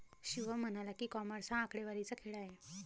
शिवम म्हणाला की, कॉमर्स हा आकडेवारीचा खेळ आहे